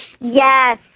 Yes